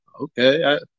okay